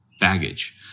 baggage